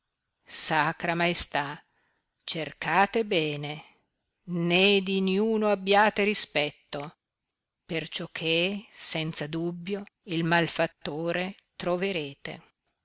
sacra maestà cercate bene né di niuno abbiate rispetto perciò che senza dubbio il malfattore trovarete